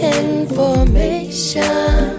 information